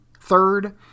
Third